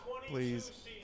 Please